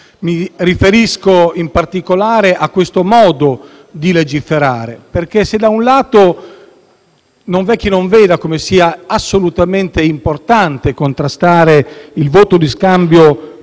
Mi riferisco in particolare a questo modo di legiferare, perché se da un lato non v'è chi non veda come sia assolutamente importante contrastare il voto di scambio